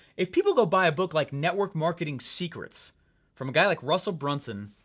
if people go buy a book like network marketing secrets from a guy like russell brunson,